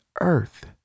earth